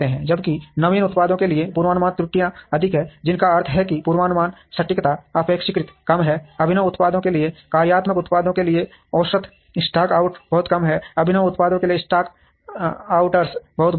जबकि नवीन उत्पादों के लिए पूर्वानुमान त्रुटियां अधिक हैं जिसका अर्थ है कि पूर्वानुमान सटीकता अपेक्षाकृत कम है अभिनव उत्पादों के लिए कार्यात्मक उत्पादों के लिए औसत स्टॉक आउट बहुत कम है अभिनव उत्पादों के लिए स्टॉक आउटर्स बहुत बड़े हैं